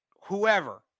whoever